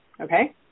okay